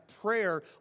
prayer